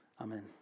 Amen